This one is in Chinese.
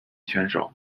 选手